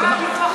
לכל הפיתוח,